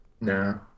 no